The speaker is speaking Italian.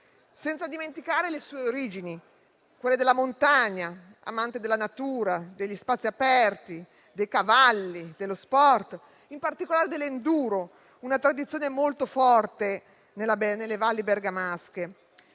senza dimenticare le sue origini, quelle della montagna. Era un amante della natura, degli spazi aperti, dei cavalli, dello sport e in particolare dell'enduro, una tradizione molto forte nelle valli bergamasche.